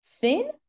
thin